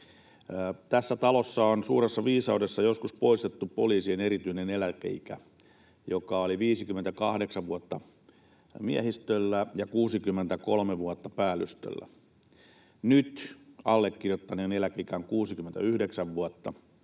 Tässä talossa on suuressa viisaudessa joskus poistettu poliisien erityinen eläkeikä, joka oli 58 vuotta miehistöllä ja 63 vuotta päällystöllä. Nyt allekirjoittaneen eläkeikä on 69 vuotta,